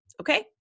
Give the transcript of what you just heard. okay